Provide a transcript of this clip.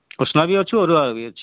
ଉଷୁନା ବି ଅଛି ଅରୁଆ ବି ଅଛି